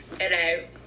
Hello